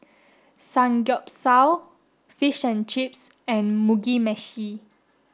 Samgeyopsal Fish and Chips and Mugi Meshi